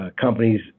companies